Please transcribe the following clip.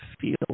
feel